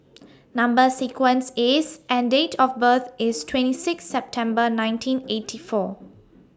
Number sequence IS and Date of birth IS twenty six September nineteen eighty four